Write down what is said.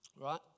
right